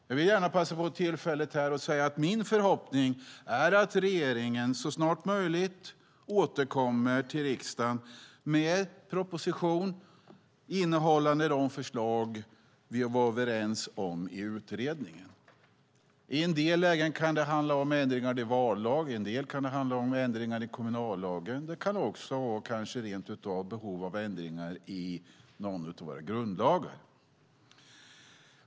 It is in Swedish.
Jag vill gärna passa på tillfället att säga att min förhoppning är att regeringen så snart som möjligt återkommer till riksdagen med en proposition innehållande de förslag som vi var överens om i utredningen. I en del lägen kan det handla om ändringar i vallagen och i andra kan det handla om ändringar i kommunallagen. Det kan rent av också finnas behov av ändringar i någon av våra grundlagar.